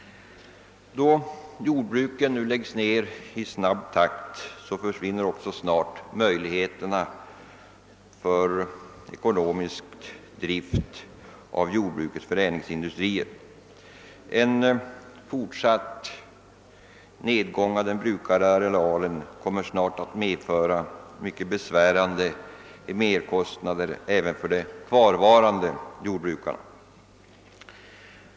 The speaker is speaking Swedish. Då jordbruken läggs ned i snabb takt försvinner också snart möjligheterna för ekonomisk drift av jordbrukets förädlingsindustrier. En fortsatt minskning av den brukade arealen kommer snart att medföra mycket besvärande merkostnader även för de kvarvarande jordbrukarna.